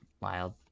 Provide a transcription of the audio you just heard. Wild